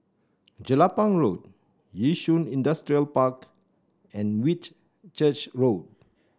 Jelapang Road Yishun Industrial Park and Whitchurch Road